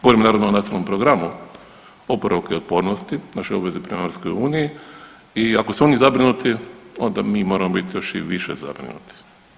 Govorim naravno, o Nacionalnom programu oporavka i otpornosti, našoj obvezi prema EU i ako su oni zabrinuti, onda mi moramo biti još i više zabrinuti.